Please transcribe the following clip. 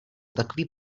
takový